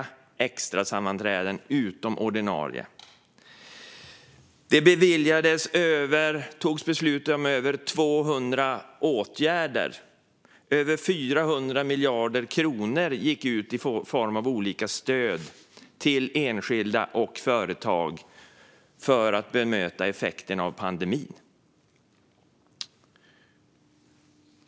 Det var extra sammanträden utöver ordinarie sammanträden. Det togs beslut om över 200 åtgärder, och över 400 miljarder kronor gick ut i form av olika stöd till enskilda och företag för att bemöta effekterna av pandemin.